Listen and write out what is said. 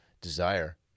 desire